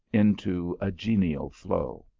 into a genial flow.